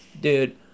Dude